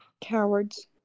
Cowards